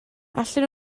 allan